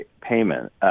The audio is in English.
payment